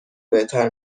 بهتر